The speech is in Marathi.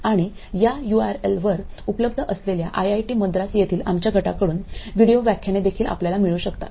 आणि या यूआरएलवर उपलब्ध असलेल्या आयआयटी मद्रास येथे आमच्या गटाकडून व्हिडिओ व्याख्याने देखील आपल्याला मिळू शकतात